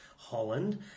Holland